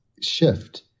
shift